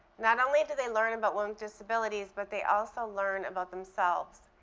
not only do they learn about one disability but they also learn about themselves.